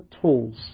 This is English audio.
tools